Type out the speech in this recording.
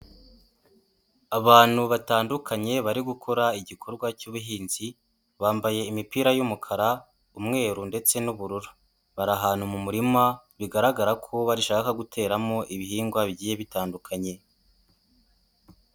Abantu batandukanye bari gukora igikorwa cy'ubuhinzi, bambaye imipira y'umukara, umweru ndetse n'ubururu, bari ahantu mu murima, bigaragara ko bashaka guteramo ibihingwa bigiye bitandukanye.